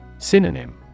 synonym